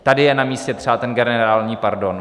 Tady je namístě třeba ten generální pardon.